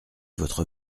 votre